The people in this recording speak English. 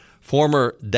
Former